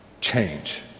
change